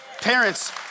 Parents